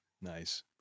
Nice